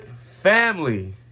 family